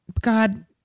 God